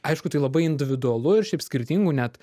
aišku tai labai individualu ir šiaip skirtingų net